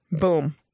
Boom